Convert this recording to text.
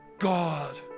God